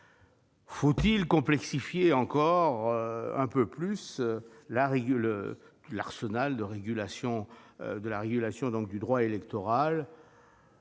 Faut-il complexifier encore un peu plus l'arsenal de régulation du droit électoral ?